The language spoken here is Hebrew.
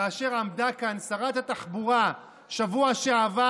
כאשר עמדה כאן שרת התחבורה בשבוע שעבר